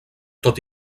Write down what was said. tot